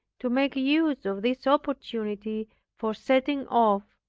to make use of this opportunity for setting off,